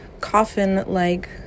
coffin-like